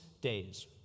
days